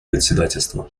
председательства